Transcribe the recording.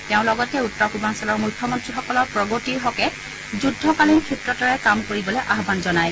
তেওঁ লগতে উত্তৰ পূৰ্বাঞ্চলৰ মুখ্যমন্ত্ৰীসকলৰ প্ৰগতিৰ হকে যুদ্ধকালীন ক্ষীপ্ৰতাৰে কাম কৰিবলৈ আহ্বান জনায়